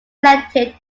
elected